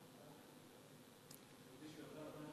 תודה.